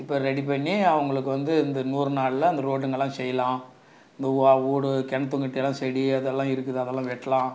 இப்போ ரெடி பண்ணி அவங்களுக்கு வந்து இந்த நூறுநாளில் அந்த ரோடுங்கலாம் செய்யலாம் இந்த வீடு கிணத்துங்கக்கிட்டைலாம் செடி அதெல்லாம் இருக்குது அதெல்லாம் வெட்டலாம்